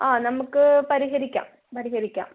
ആ നമുക്ക് പരിഹരിക്കാം പരിഹരിക്കാം